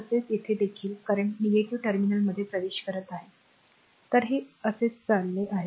तसेच येथे देखील करंट निगेटिव टर्मिनलमध्ये प्रवेश करत आहे तर हे असेच चालले आहे